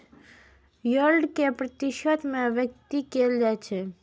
yield कें प्रतिशत मे व्यक्त कैल जाइ छै